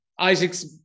Isaac's